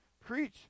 preach